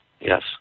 yes